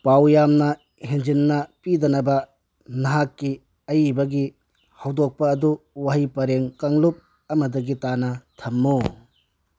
ꯄꯥꯎ ꯌꯥꯝꯅ ꯍꯦꯟꯖꯤꯟꯅ ꯄꯤꯗꯅꯕ ꯅꯍꯥꯛꯀꯤ ꯑꯏꯕꯒꯤ ꯍꯧꯗꯣꯛꯄ ꯑꯗꯨ ꯋꯥꯍꯩ ꯄꯔꯦꯡ ꯀꯥꯡꯂꯨꯞ ꯑꯃꯗꯒꯤ ꯇꯥꯅ ꯊꯝꯃꯨ